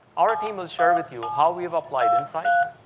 our team will share with you how we've applied insights,